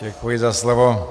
Děkuji za slovo.